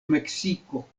meksiko